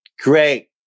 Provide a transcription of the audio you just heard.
great